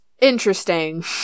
interesting